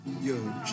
Yo